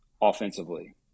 offensively